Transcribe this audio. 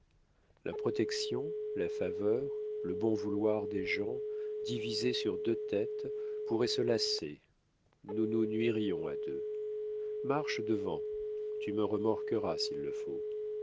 la protection la faveur le bon vouloir des gens divisés sur deux têtes pourraient se lasser nous nous nuirions à deux marche devant tu me remorqueras s'il le faut